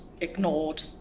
ignored